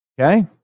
Okay